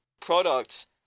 products